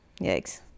Yikes